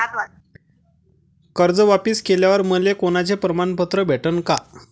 कर्ज वापिस केल्यावर मले कोनचे प्रमाणपत्र भेटन का?